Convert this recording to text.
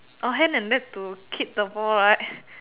hand and neck to kick the ball right